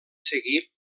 seguir